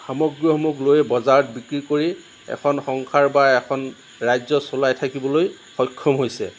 সামগ্ৰীসমূহ লৈ বজাৰত বিক্ৰী কৰি এখন সংসাৰ বা এখন ৰাজ্য চলাই থাকিবলৈ সক্ষম হৈছে